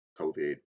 COVID